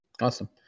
Awesome